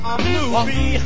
movie